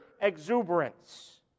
exuberance